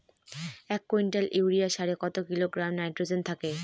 এক quintal urea সারে কত কিলোগ্রাম নাইট্রোজেন থাকে?